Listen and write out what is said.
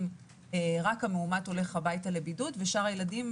שרק המאומת הולך הביתה לבידוד ושאר הילדים,